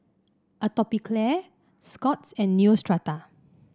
Atopiclair Scott's and Neostrata